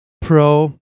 pro